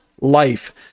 life